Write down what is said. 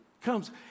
comes